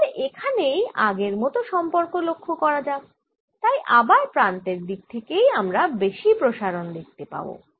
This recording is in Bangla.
তাহলে এখানেই আগের মতই সম্পর্ক লক্ষ্য করা যায় তাই আবার প্রান্তের দিক থেকেই আমরা বেশি প্রসারণ দেখতে পাবো